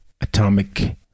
Atomic